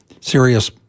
serious